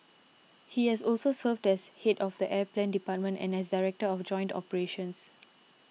he has also served as head of the air plan department and as director of joint operations